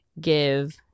give